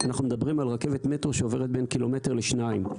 אנחנו מדברים על רכבת מטרו שעוברת בין קילומטר לשניים.